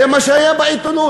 זה מה שהיה בעיתונות,